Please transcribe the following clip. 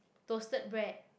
toasted bread